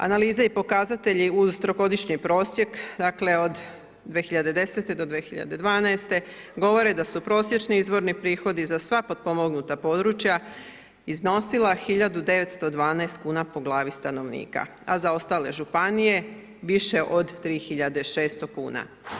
Analize i pokazatelji uz trogodišnji prosjek, dakle od 2010. do 2012. govore da su prosječni izvorni prihodi za sva potpomognuta područja iznosila 1912 kuna po glavi stanovnika, a za ostale županije više od 3600 kuna.